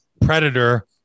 Predator